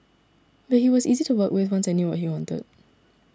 but he was easy to work with once I knew what he wanted